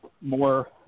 more